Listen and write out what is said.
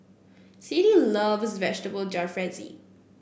Siddie loves Vegetable Jalfrezi